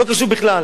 לא קשור בכלל.